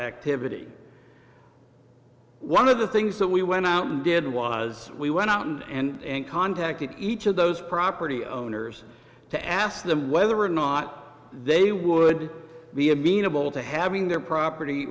activity one of the things that we went out and did was we went out and contacted each of those property owners to ask them whether or not they would be amenable to having their property